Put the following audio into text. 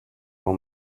for